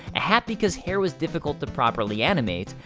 a hat because hair was difficult to properly animate,